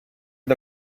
the